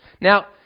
Now